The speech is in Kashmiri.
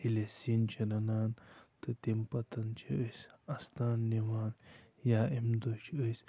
ییٚلہِ أسۍ سِنۍ چھِ رَنان تہٕ تَمہِ پَتَن چھِ أسۍ اَستان نِوان یا اَمہِ دۄہ چھِ أسۍ